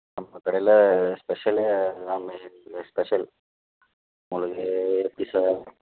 நம்ம கடையில் ஸ்பெஷலே அது தான் மெயின் டிஷ் ஸ்பெஷல் உங்களுக்கு எப்படி சார்